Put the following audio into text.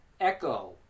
echo